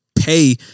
pay